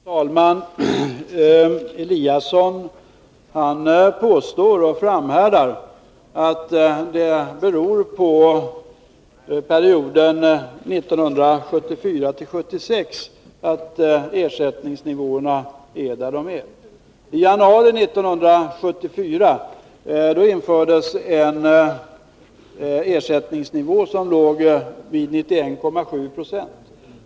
Herr talman! Ingemar Eliasson påstår och framhärdar i att det beror på perioden 1974-1976 att ersättningsnivåerna är där de är. I januari 1974 infördes en ersättningsnivå som låg vid 91,7 90.